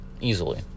easily